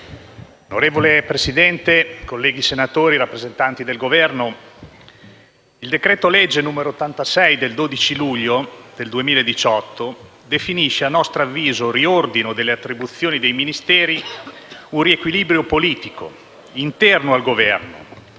Signor Presidente, colleghi senatori, rappresentanti del Governo, il decreto-legge n. 86 del 12 luglio 2018 definisce - a nostro avviso - «riordino delle attribuzioni dei Ministeri» un riequilibrio politico interno al Governo,